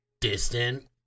distant